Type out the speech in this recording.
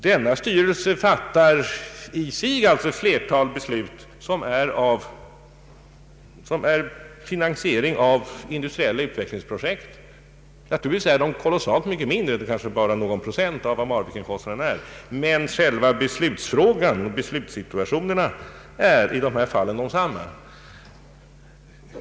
Denna styrelse fattar i sig ett flertal beslut som innebär finansiering av industriella utvecklingsprojekt. Naturligtvis är dessa beslut av mindre omfattning och kostnaderna bara någon procent av vad Marviken kostar, men själva beslutssituationen är i dessa fall densamma.